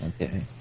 Okay